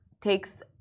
takes